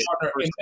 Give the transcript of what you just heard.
partner